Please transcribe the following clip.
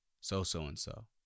so-so-and-so